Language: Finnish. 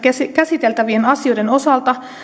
käsiteltävien asioiden osalta